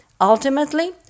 Ultimately